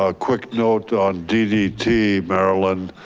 ah quick note on ddt, marilyn.